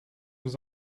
vous